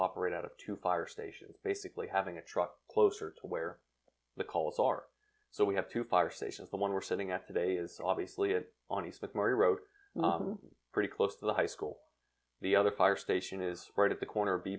operate out of two fire station basically having a truck closer to where the calls are so we have two fire stations the one we're sitting at today is obviously it on the smith murray wrote pretty close to the high school the other fire station is right at the corner be